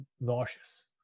nauseous